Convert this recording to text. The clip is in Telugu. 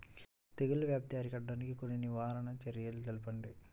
తెగుళ్ల వ్యాప్తి అరికట్టడానికి కొన్ని నివారణ చర్యలు తెలుపండి?